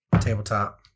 Tabletop